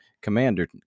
commander